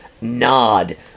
nod